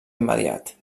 immediat